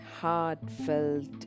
heartfelt